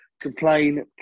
complain